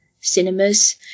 cinemas